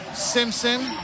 Simpson